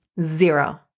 zero